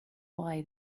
why